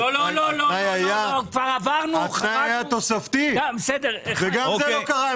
התנאי היה תוספתי וגם זה לא קרה.